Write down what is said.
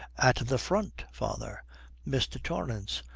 at the front, father mr. torrance.